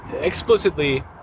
explicitly